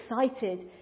excited